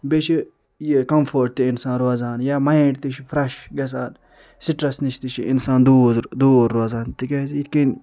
بییٚہِ چھُ یہِ کمفٲرٹ تہِ انسان روزان یا ماینڈ تہِ چھُ فرٛیٚش گژھان سٹرس نِش تہِ چھُ انسان دوٗر دوٗر روزان تِکیٚازِ یتھ کٕنۍ